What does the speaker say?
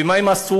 ומה הם עשו?